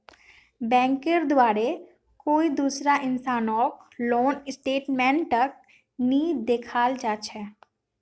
बैंकेर द्वारे कोई दूसरा इंसानक लोन स्टेटमेन्टक नइ दिखाल जा छेक